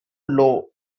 low